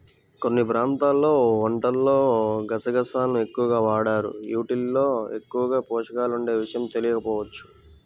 కొన్ని ప్రాంతాల్లో వంటల్లో గసగసాలను ఎక్కువగా వాడరు, యీటిల్లో ఎక్కువ పోషకాలుండే విషయం తెలియకపోవచ్చు